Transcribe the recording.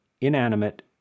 inanimate